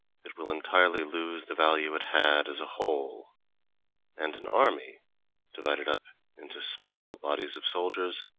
it will entirely lose the value it had as a whole and an army divided up into small bodies of soldiers,